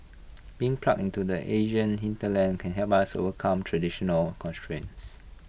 being plugged into the Asian hinterland can help us overcome traditional constraints